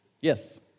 Yes